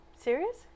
serious